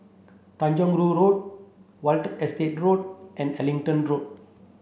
Tanjong Rhu Road Watten Estate Road and Abingdon Road